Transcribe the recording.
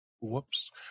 Whoops